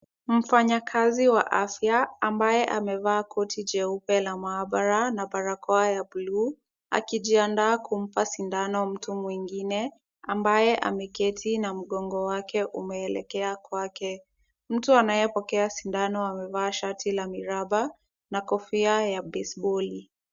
Mfanyikazi wa afya ambaye amevaa koti jeupe la maabara na barakoa ya buluu, akijiandaa kumpa sindano mtu mwingine, ambaye ameketi na mgongo wake umeelekea kwake. Mtu anayepokea sindano amevaa shati la miraba na kofia ya baseboli.